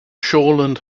shoreland